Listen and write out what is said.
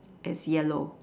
is yellow